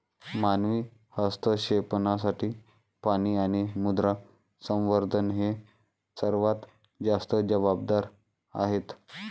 मानवी हस्तक्षेपासाठी पाणी आणि मृदा संवर्धन हे सर्वात जास्त जबाबदार आहेत